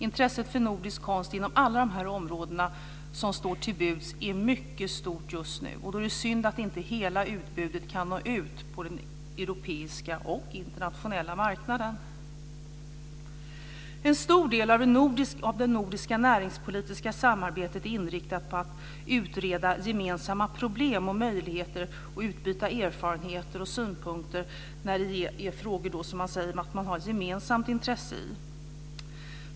Intresset för nordisk konst inom alla de områden som står till buds är mycket stort just nu. Då är det synd att inte hela utbudet kan nå ut på den europeiska och internationella marknaden. En stor del av det nordiska näringspolitiska samarbetet är inriktat på att utreda gemensamma problem och möjligheter och att utbyta erfarenheter och synpunkter när gäller frågor som man säger att man har gemensamt intresse i.